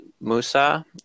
Musa